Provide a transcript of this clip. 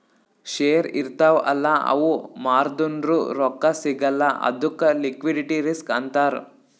share ಇರ್ತಾವ್ ಅಲ್ಲ ಅವು ಮಾರ್ದುರ್ನು ರೊಕ್ಕಾ ಸಿಗಲ್ಲ ಅದ್ದುಕ್ ಲಿಕ್ವಿಡಿಟಿ ರಿಸ್ಕ್ ಅಂತಾರ್